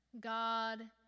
God